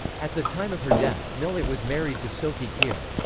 at the time of her death, millett was married to sophie keir.